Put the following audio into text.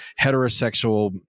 heterosexual